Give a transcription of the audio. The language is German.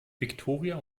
viktoria